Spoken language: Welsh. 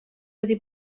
wedi